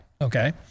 Okay